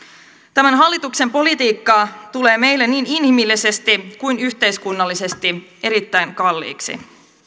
tämän hallituksen politiikka tulee meille niin inhimillisesti kuin yhteiskunnallisesti erittäin kalliiksi